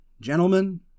gentlemen